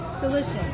delicious